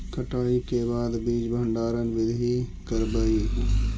कटाई के बाद बीज भंडारन बीधी करबय?